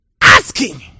Asking